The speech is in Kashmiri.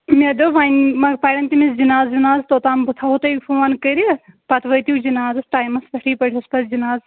مے دوٛپ وۄنۍ ما پَرن تٔمِس جِناز وِناز توٚتام بہٕ تھاوَو تۄہہ فون کٔرِتھ پَتہٕ وٲتِو جِنازس ٹایمس پٮ۪ٹھٕے پٔرۍہُس پَتہٕ جناز